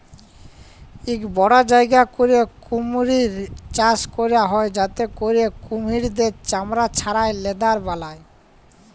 ইক বড় জায়গা ক্যইরে কুমহির চাষ ক্যরা হ্যয় যাতে ক্যইরে কুমহিরের চামড়া ছাড়াঁয় লেদার বালায়